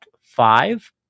five